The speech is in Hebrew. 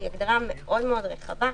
שהיא מאוד רחבה.